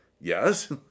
yes